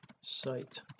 site